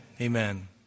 Amen